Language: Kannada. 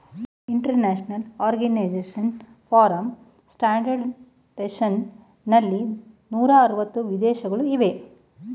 ಇಂಟರ್ನ್ಯಾಷನಲ್ ಆರ್ಗನೈಸೇಶನ್ ಫಾರ್ ಸ್ಟ್ಯಾಂಡರ್ಡ್ಜೇಶನ್ ನಲ್ಲಿ ನೂರ ಅರವತ್ತು ವಿದೇಶಗಳು ಇವೆ